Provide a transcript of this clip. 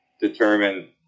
determine